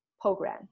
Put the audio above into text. program